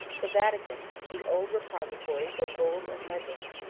the vatican, the old repository for bulls and legends,